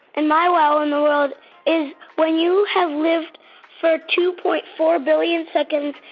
and my wow in the world is where you have lived for two point four billion seconds,